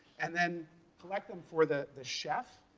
and then collect them for the the chief,